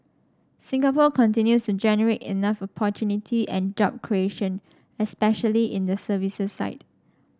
Singapore continues to generate enough opportunity and job creation especially in the services side